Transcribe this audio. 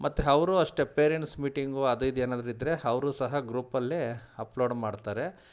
ಮತ್ತು ಅವ್ರೂ ಅಷ್ಟೆ ಪೇರೆಂಟ್ಸ್ ಮೀಟಿಂಗು ಅದು ಇದು ಏನಾದರೂ ಇದ್ದರೆ ಅವ್ರು ಸಹ ಗ್ರೂಪಲ್ಲೇ ಅಪ್ಲೋಡ್ ಮಾಡ್ತಾರೆ